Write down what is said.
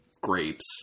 grapes